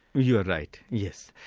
you are right, yes.